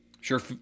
Sure